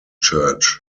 church